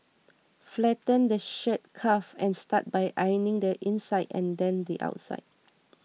flatten the shirt cuff and start by ironing the inside and then the outside